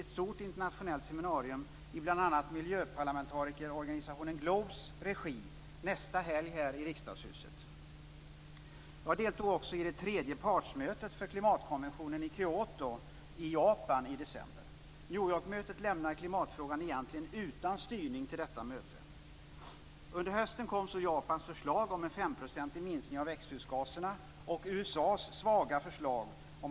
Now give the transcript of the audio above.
Detta hav och denna kust utefter Bohuslän får ta emot ofattbara mängder av kemikalier som kommer från de kontinentala floderna och från oljeriggarna ute i Nordsjön.